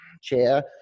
Chair